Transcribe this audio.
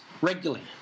Regularly